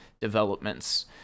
developments